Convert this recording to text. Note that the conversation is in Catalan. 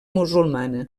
musulmana